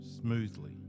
smoothly